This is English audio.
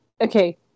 Okay